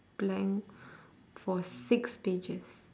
blank for six pages